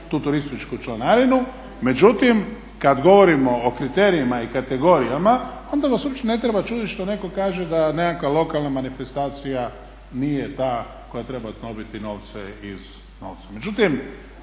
tu turističku članarinu. Međutim, kad govorimo o kriterijima i kategorijama onda vas uopće ne treba čuditi što netko kaže da nekakva lokalna manifestacija nije ta koja treba dobiti novce.